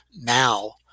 now